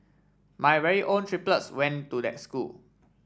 my very own triplets went to that school